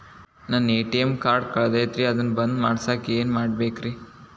ನನ್ನ ATM card ಕಳದೈತ್ರಿ ಅದನ್ನ ಬಂದ್ ಮಾಡಸಾಕ್ ಏನ್ ಮಾಡ್ಬೇಕ್ರಿ?